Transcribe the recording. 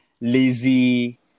Lazy